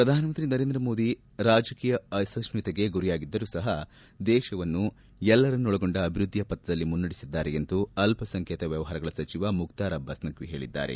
ಪ್ರಧಾನಮಂತ್ರಿ ನರೇಂದ್ರ ಮೋದಿ ರಾಜಕೀಯ ಅಸಹಿಷ್ಣುತೆಗೆ ಗುರಿಯಾಗಿದ್ದರೂ ಸಹ ದೇಶವನ್ನು ಎಲ್ಲರನ್ನೊಳಗೊಂಡ ಅಭಿವೃದ್ದಿಯ ಪಥದಲ್ಲಿ ಮುನ್ನಡೆಸಿದ್ದಾರೆ ಎಂದು ಅಲ್ಪಸಂಖ್ಯಾತ ವ್ಯವಹಾರಗಳ ಸಚಿವ ಮುಕ್ತಾರ್ ಅಬ್ಲಾಸ್ ನಖ್ವಿ ಹೇಳಿದ್ದಾರೆ